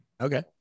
Okay